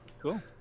Cool